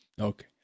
Okay